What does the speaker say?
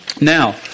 Now